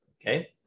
Okay